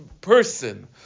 person